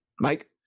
Mike